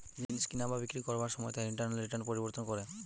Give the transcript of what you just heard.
জিনিস কিনা বা বিক্রি করবার সময় তার ইন্টারনাল রিটার্ন পরিবর্তন করে